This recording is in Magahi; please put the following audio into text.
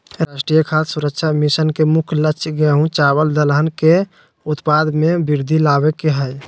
राष्ट्रीय खाद्य सुरक्षा मिशन के मुख्य लक्ष्य गेंहू, चावल दलहन के उत्पाद में वृद्धि लाबे के हइ